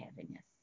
heaviness